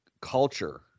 culture